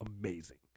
amazing